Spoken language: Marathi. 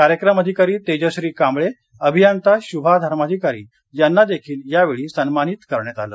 कार्यक्रम अधिकारी तेजश्री कांबळे आणि अभियंता शुभा धर्माधिकारी यांना देखील यावेळी सन्मानित करण्यात आलं